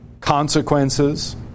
consequences